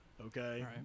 okay